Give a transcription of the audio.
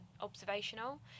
observational